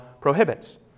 prohibits